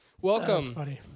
welcome